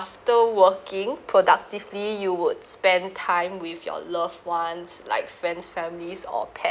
after working productively you would spend time with your loved ones like friends families or pets